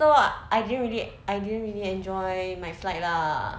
so I didn't really I didn't really enjoy my flight lah